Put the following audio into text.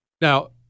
Now